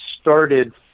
started